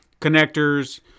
connectors